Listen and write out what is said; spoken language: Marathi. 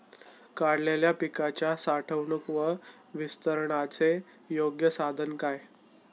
काढलेल्या पिकाच्या साठवणूक व वितरणाचे योग्य साधन काय?